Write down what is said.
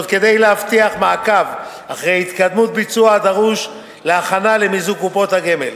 כדי להבטיח מעקב אחר התקדמות הביצוע הדרוש להכנה למיזוג קופות הגמל.